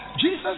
Jesus